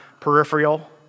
peripheral